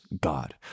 God